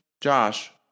Josh